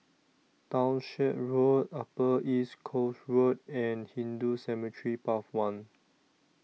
Townshend Road Upper East Coast Road and Hindu Cemetery Path one